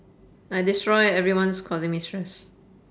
I destroy everyone's causing me stress